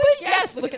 yes